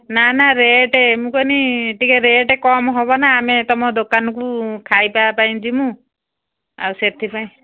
ନା ନା ରେଟ୍ ମୁଁ କହିଲି ଟିକେ ରେଟ୍ କମ ହେବ ନା ଆମେ ତୁମ ଦୋକାନକୁ ଖାଇବା ପାଇଁ ଯିବୁ ଆଉ ସେଥିପାଇଁ